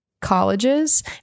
colleges